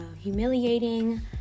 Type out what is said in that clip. humiliating